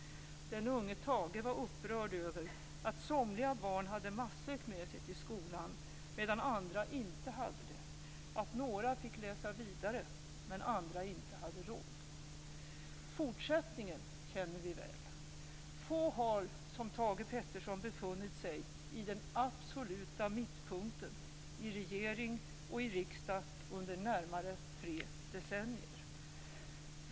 Den unge Thage var upprörd över att somliga barn hade matsäck med sig till skolan, medan andra inte hade det, att några fick läsa vidare, medan andra inte hade råd. Fortsättningen känner vi väl. Få har som Thage G Peterson befunnit sig i den absoluta mittpunkten i regering och riksdag under närmare tre decennier.